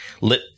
let